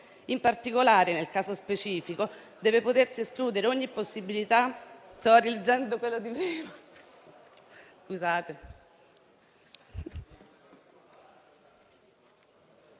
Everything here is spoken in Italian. In particolare, nel caso specifico, deve potersi escludere ogni possibilità